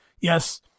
yes